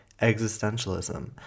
existentialism